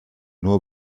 nur